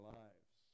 lives